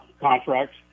contracts